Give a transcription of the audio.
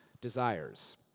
desires